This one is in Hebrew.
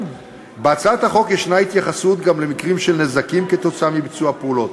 בהצעת החוק יש התייחסות גם למקרים של נזקים כתוצאה מביצוע הפעולות.